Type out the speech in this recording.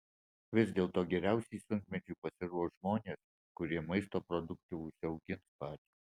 vis dėlto geriausiai sunkmečiui pasiruoš žmonės kurie maisto produktų užsiaugins patys